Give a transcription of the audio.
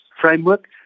framework